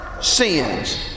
sins